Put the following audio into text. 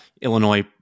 Illinois